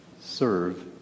serve